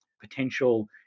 potential